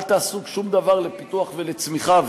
אל תעשו שום דבר לפיתוח ולצמיחה.